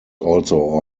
also